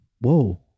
Whoa